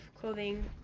clothing